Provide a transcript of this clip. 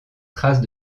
traces